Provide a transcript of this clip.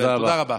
תודה רבה.